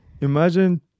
imagine